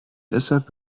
deshalb